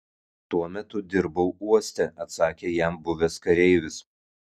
tuo metu dirbau uoste atsakė jam buvęs kareivis